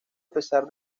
pesar